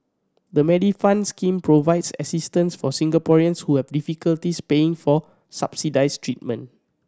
the Medifund scheme provides assistance for Singaporeans who have difficulties paying for subsidized treatment